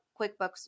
QuickBooks